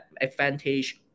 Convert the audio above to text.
advantage